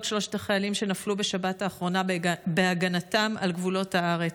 שלושת החיילים שנפלו בשבת האחרונה בהגנתם על גבולות הארץ.